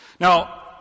Now